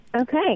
Okay